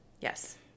Yes